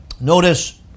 Notice